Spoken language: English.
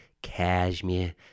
Cashmere